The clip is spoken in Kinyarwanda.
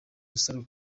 rusaro